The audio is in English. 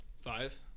Five